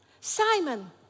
Simon